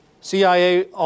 CIA